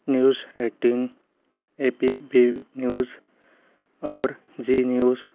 news eighteen A P B news और Zee news